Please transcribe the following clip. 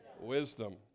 Wisdom